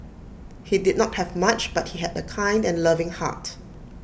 he did not have much but he had A kind and loving heart